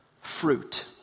fruit